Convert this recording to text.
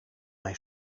mijn